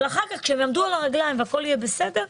אבל אחר כך הם יעמדו על הרגליים והכול יהיה בסדר.